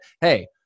hey